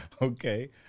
okay